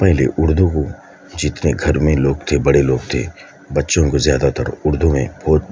پہلے اردو کو جتنے گھر میں لوگ تھے بڑے لوگ تھے بچوں کو زیادہ تر اردو میں